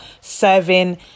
serving